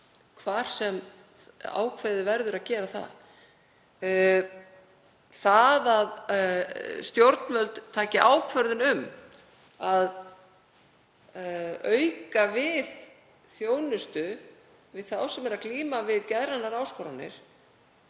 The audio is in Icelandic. hvar sem ákveðið verður að gera það. Það að stjórnvöld taki ákvörðun um að auka við þjónustu við þá sem glíma við geðrænar áskoranir